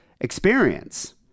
experience